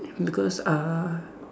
because uh